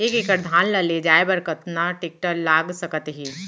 एक एकड़ धान ल ले जाये बर कतना टेकटर लाग सकत हे?